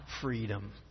freedom